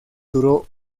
duró